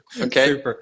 okay